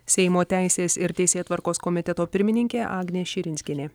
seimo teisės ir teisėtvarkos komiteto pirmininkė agnė širinskienė